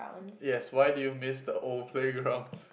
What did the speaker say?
yes why do you miss the old playgrounds